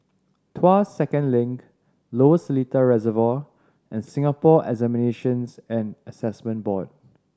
Tuas Second Link Lower Seletar Reservoir and Singapore Examinations and Assessment Board